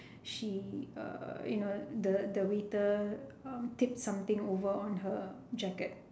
she err you know the the the waiter um tip something over on her jacket